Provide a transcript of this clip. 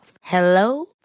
Hello